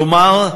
כלומר,